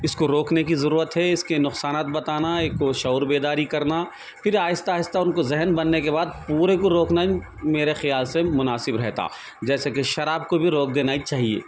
اس کو روکنے کی ضرورت ہے اس کے نقصانات بتانا ایک کو شعور بيدارى كرنا پھر آہستہ آہستہ ان کو ذہن بننے کی بعد پورے کو روکنا ہی میرے خیال سے مناسب رہتا جیسے کہ شراب کو بھی روک دینا ای چاہیے